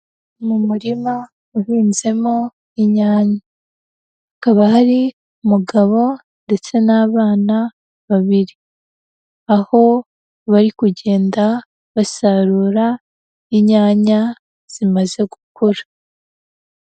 Mu murima uhinzemo inyanya, hakaba hari umugabo ndetse n'abana babiri, aho bari kugenda basarura inyanya zimaze gukura.